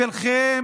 בשבילכם